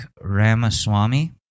Ramaswamy